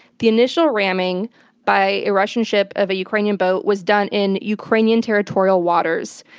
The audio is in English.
the initial ramming by a russian ship of a ukrainian boat was done in ukrainian territorial waters.